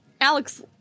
Alex